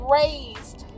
raised